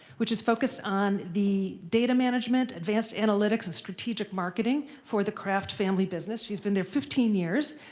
which is focused on the data management, advanced analytics, and strategic marketing for the kraft family business. she's been there fifteen years.